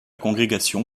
congrégation